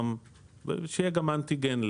שיהיה גם אנטיגן,